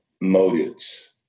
motives